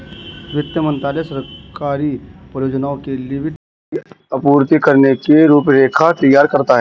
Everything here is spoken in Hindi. वित्त मंत्रालय सरकारी परियोजनाओं के लिए वित्त की आपूर्ति करने की रूपरेखा तैयार करता है